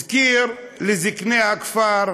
זה הזכיר לזקני הכפר,